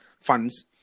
funds